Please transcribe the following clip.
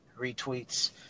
retweets